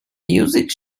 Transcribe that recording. music